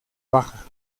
baja